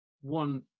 One